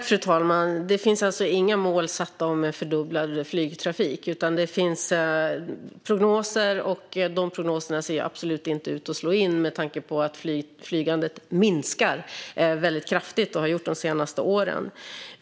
Fru talman! Det finns inga mål satta om en fördubblad flygtrafik, utan det finns prognoser, och de prognoserna ser absolut inte ut att slå in med tanke på att flygandet minskar väldigt kraftigt och har gjort det de senaste åren.